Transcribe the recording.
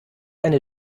eine